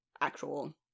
actual